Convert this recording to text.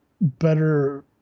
better